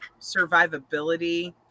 survivability